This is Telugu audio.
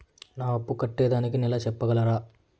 నా అప్పు కట్టేదానికి నెల సెప్పగలరా?